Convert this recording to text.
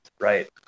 right